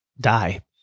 die